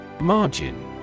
Margin